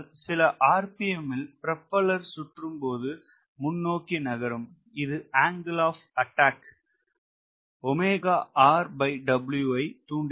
சில rpm ல் propeller சுற்றும் போது முன்னோக்கி நகரும் இது ஆங்கிள் ஆப் அட்டாக் ஐ தூண்டுகிறது